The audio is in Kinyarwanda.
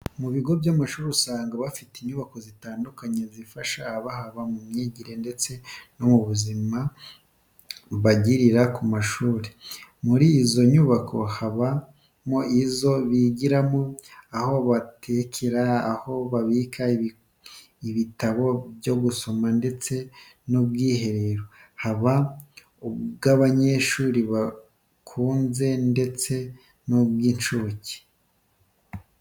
Ibigo by'amashuri usanga bifite inyubako zitandukanye zifasha abahaba mu myigire ndetse no buzima bagirira ku mashuri. Muri izo nyubako habamo izo bigiramo, aho batekera, aho babika ibitabo byo gusoma ndetse n'ubwiherero, haba ubw'abanyeshuri bakuze ndetse n'ubw'incuke.